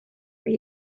are